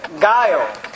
guile